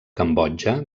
cambodja